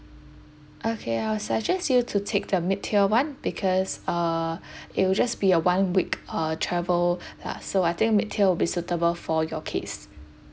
okay I'll suggest you to take the mid tier one because uh it will just be a one week uh travel lah so I think mid tier will be suitable for your case